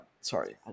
sorry